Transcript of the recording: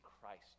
Christ